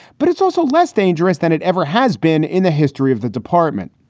but it's also less dangerous than it ever has been in the history of the department.